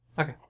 Okay